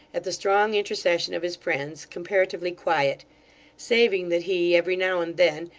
at the strong intercession of his friends, comparatively quiet saving that he, every now and then,